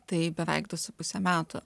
tai beveik du su puse metų